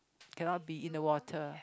cannot be in the water